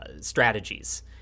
strategies